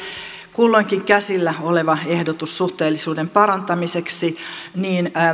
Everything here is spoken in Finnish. kulloinkin käsillä oleva ehdotus suhteellisuuden parantamiseksi niin